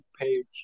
page